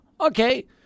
okay